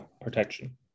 protection